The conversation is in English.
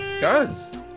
guys